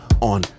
on